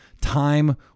time